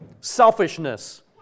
Selfishness